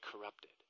corrupted